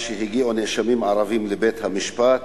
משהגיעו נאשמים ערבים לבית-המשפט,